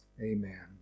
Amen